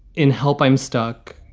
in help i'm stuck.